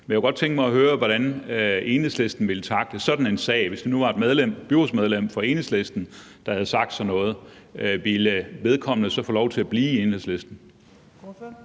Men jeg kunne godt tænke mig at høre, hvordan Enhedslisten vil tackle sådan en sag. Hvis nu det var et byrådsmedlem fra Enhedslisten, der havde sagt sådan noget, ville vedkommende så få lov til at blive i Enhedslisten?